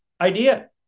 idea